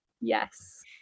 Yes